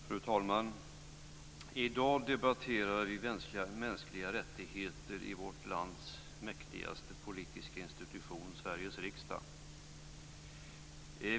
Fru talman! I dag debatterar vi mänskliga rättigheter i vårt lands mäktigaste politiska institution, Sveriges riksdag.